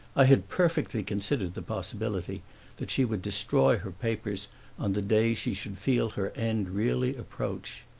i had perfectly considered the possibility that she would destroy her papers on the day she should feel her end really approach.